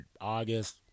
August